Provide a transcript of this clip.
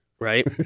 Right